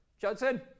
judson